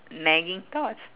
nagging thoughts